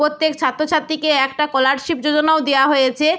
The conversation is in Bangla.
প্রত্যেক ছাত্র ছাত্রীকে একটা স্কলারশিপ যোজনাও দেওয়া হয়েছে